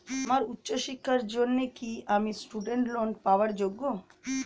আমার উচ্চ শিক্ষার জন্য কি আমি স্টুডেন্ট লোন পাওয়ার যোগ্য?